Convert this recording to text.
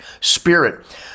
spirit